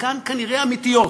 וחלקן כנראה אמיתיות,